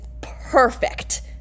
Perfect